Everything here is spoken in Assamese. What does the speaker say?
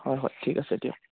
হয় হয় ঠিক আছে দিয়ক